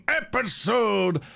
episode